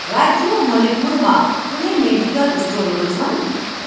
राज्य मणिपुरमा कुनै मेडिकल स्टोरहरू छन्